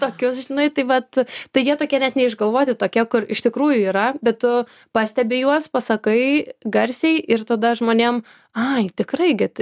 tokius žinai tai vat tai jie tokie net neišgalvoti tokie kur iš tikrųjų yra bet tu pastebi juos pasakai garsiai ir tada žmonėm ai tikrai gi tai